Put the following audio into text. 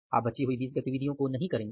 आप बची हुई 20 गतिविधियों को नहीं करेंगे